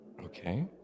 Okay